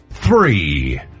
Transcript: Three